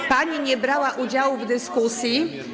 Nie, pani nie brała udziału w dyskusji.